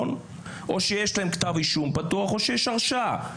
או שיש להם כתב אישום פתוח או שיש הרשעה.